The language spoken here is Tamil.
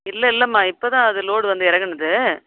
இல்லை இல்லைம்மா இப்போ தான் அது லோடு வந்து இறங்கனது